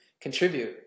contribute